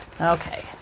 Okay